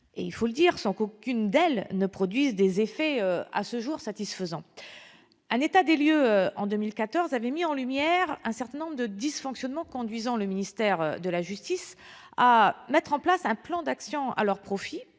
2012 et 2015, sans qu'aucune d'elles produise d'effets satisfaisants à ce jour. Un état des lieux en 2014 avait mis en lumière un certain nombre de dysfonctionnements conduisant le ministère de la justice à mettre en place un plan d'action à leur profit.